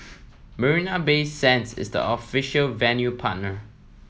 Marina Bay Sands is the official venue partner